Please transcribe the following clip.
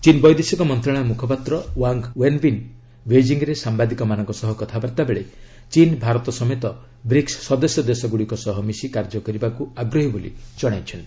ଚୀନ୍ ବୈଦେଶିକ ମନ୍ତ୍ରଣାଳୟ ମୁଖପାତ୍ର ଓ୍ୱାଙ୍ଗ୍ ଓ୍ବେନ୍ବିନ୍ ବେଜିଙ୍ଗ୍ରେ ସାମ୍ଭାଦିକମାନଙ୍କ ସହ କଥାବାର୍ତ୍ତା ବେଳେ ଚୀନ୍ ଭାରତ ସମେତ ବ୍ରିକ୍ସ ସଦସ୍ୟ ଦେଶଗୁଡ଼ିକ ସହ ମିଶି କାର୍ଯ୍ୟ କରିବାକୁ ଆଗ୍ରହୀ ବୋଲି ଜଣାଇଛନ୍ତି